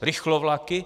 Rychlovlaky?